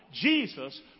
Jesus